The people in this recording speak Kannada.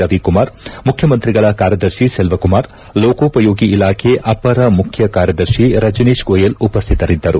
ರವಿಕುಮಾರ್ ಮುಖ್ಯಮಂತ್ರಿಗಳ ಕಾರ್ಯದರ್ಶಿ ಸೆಲ್ಹಕುಮಾರ್ ಲೋಕೋಪಯೋಗಿ ಇಲಾಖೆ ಅಪರ ಮುಖ್ಯಕಾರ್ಯದರ್ಶಿ ರಜನೀಶ್ ಗೋಯಲ್ ಉಪಸ್ಥಿತರಿದ್ದರು